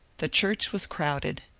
the church was crowded.